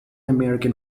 american